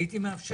הייתי מאפשר.